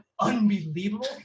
unbelievable